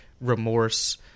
remorse